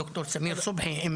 ד"ר סמיר סובחי.